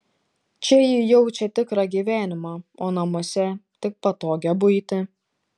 čia ji jaučia tikrą gyvenimą o namuose tik patogią buitį